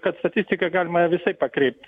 kad statistiką galima visaip pakreipti